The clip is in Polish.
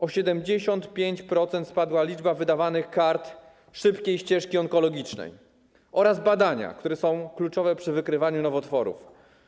O 75% spadła liczba wydawanych kart szybkiej ścieżki onkologicznej oraz badań, które są kluczowe przy wykrywaniu nowotworów.